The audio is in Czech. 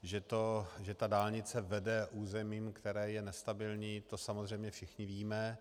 Že dálnice vede územím, které je nestabilní, to samozřejmě všichni víme.